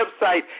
website